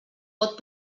vot